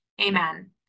amen